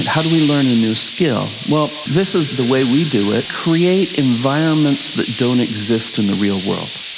and how do we learn a new skill? well this is the way we do it, create environments that don't exist in the real world.